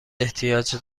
احتیاج